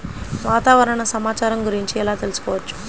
వాతావరణ సమాచారం గురించి ఎలా తెలుసుకోవచ్చు?